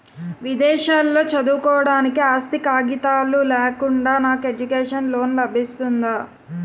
విదేశాలలో చదువుకోవడానికి ఆస్తి కాగితాలు లేకుండా నాకు ఎడ్యుకేషన్ లోన్ లబిస్తుందా?